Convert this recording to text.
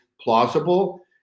plausible